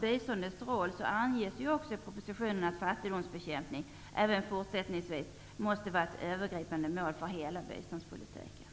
biståndets roll anges också i propositionen att fattigdomsbekämpning även fortsättningsvis måste vara ett övergripande mål för hela biståndspolitiken.